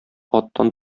аттан